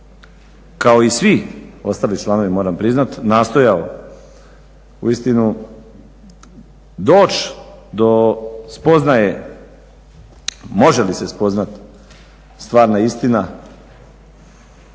kao i svi ostali članovi moram priznati, nastojao uistinu doći do spoznaje može li se spoznati stvarna istina.